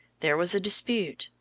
there was a dispute,